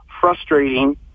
frustrating